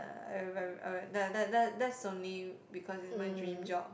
uh I w~ I w~ that that that's only because is my dream job